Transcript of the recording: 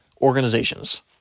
organizations